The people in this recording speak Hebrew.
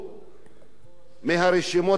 מהרשימות האלה אנשים